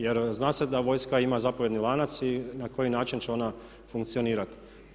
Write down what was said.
Jer zna se da vojska ima zapovjedni lanac i na koji način će ona funkcionirati.